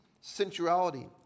sensuality